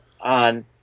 on